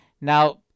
Now